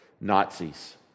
Nazis